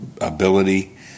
ability